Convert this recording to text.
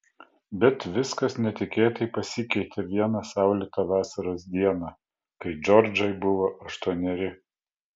bet viskas netikėtai pasikeitė vieną saulėtą vasaros dieną kai džordžai buvo aštuoneri